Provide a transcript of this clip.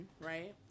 right